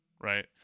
right